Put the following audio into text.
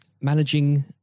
managing